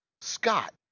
Scott